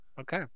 Okay